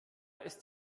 ist